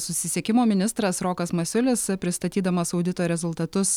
susisiekimo ministras rokas masiulis pristatydamas audito rezultatus